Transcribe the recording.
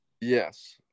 yes